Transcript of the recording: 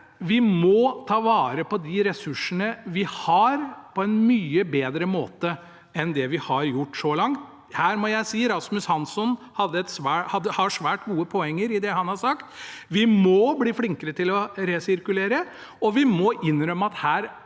Vi må ta vare på de ressursene vi har, på en mye bedre måte enn det vi har gjort så langt. Her må jeg si at Rasmus Hansson har svært gode poeng i det han har sagt. Vi må bli flinkere til å resirkulere, og vi må innrømme at vi